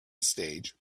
stage